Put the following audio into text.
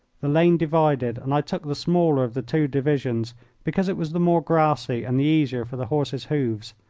the lane divided, and i took the smaller of the two divisions because it was the more grassy and the easier for the horse's hoofs.